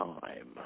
time